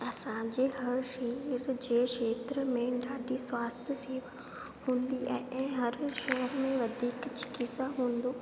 असांजे हर क्षीण जे खेत्र में ॾाढी स्वास्थ्यु शेवा हूंदी आहे ऐं हर शहर में वधीक चिकित्सा हूंदो